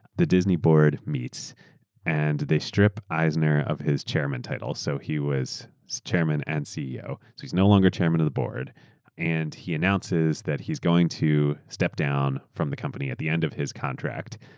the disney board meets and they strip eisner of his chairman title. so he was chairman and ceo. heaeurs so no longer chairman of the board and he announces that heaeurs going to step down from the company at the end of his contract,